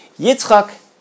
Yitzchak